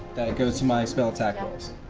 that goes to my spell attack ah bonus.